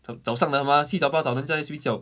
早早上了 mah 七早八早人家在睡觉